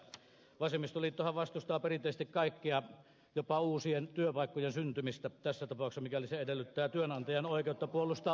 vasemmistoliittohan vastustaa perinteisesti kaikkea jopa uusien työpaikkojen syntymistä tässä tapauksessa mikäli se edellyttää työnantajan oikeutta puolustaa omaisuuttaan